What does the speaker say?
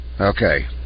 okay